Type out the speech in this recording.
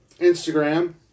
Instagram